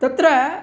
तत्र